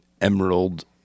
emerald